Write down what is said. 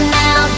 now